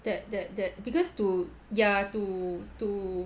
that that that because to ya to to